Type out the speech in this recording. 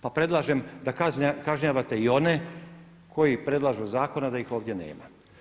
Pa predlažem da kažnjavate i one koji predlažu zakone a da ih ovdje nema.